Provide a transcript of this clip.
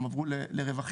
הם עברו לרווחים,